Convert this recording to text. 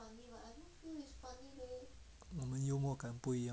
我们幽默感不一样